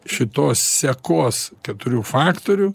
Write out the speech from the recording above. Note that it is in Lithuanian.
šitos sekos keturių faktorių